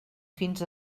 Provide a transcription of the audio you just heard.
fins